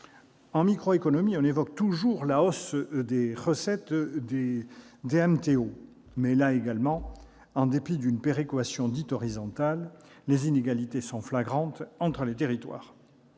En macroéconomie, on évoque toujours la hausse des recettes des DMTO. Mais, là encore, en dépit d'une péréquation dite horizontale, les inégalités sont flagrantes entre les territoires.